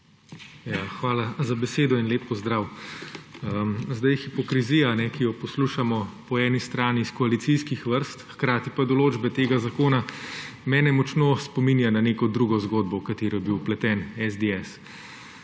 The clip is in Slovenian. Hvala za besedo in lep pozdrav. Sedaj hipokrizija, ki jo poslušamo po eni strani s koalicijskih vrst, hkrati pa določbe tega zakona, mene mogočno spominja na neko drugo zgodbo, v katero je bil vpleten SDS.